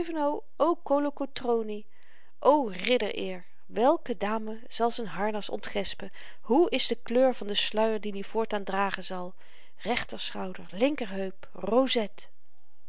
o kolokotroni o riddereer welke dame zal z'n harnas ontgespen hoe is de kleur van den sluier dien i voortaan dragen zal rechter schouder linkerheup rozet